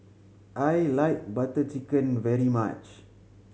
I like Butter Chicken very much